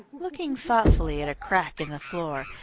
looking thoughtfully at a crack in the floor,